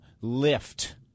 lift